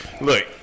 Look